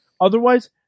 otherwise